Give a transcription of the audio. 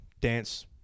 dance